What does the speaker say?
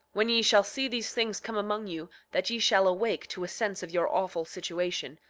when ye shall see these things come among you that ye shall awake to a sense of your awful situation,